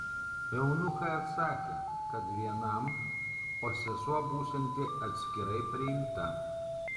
eunuchai atsakė kad vienam o sesuo būsianti atskirai priimta